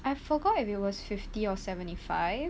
I forgot if it was fifty or seventy five